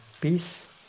peace